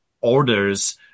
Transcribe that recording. orders